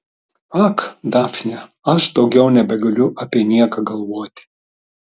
ak dafne aš daugiau nebegaliu apie nieką galvoti